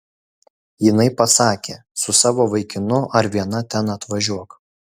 jinai pasakė su savo vaikinu ar viena ten atvažiuok